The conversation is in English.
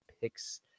picks